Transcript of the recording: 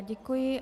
Děkuji.